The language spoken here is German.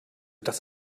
das